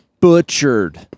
butchered